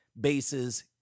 bases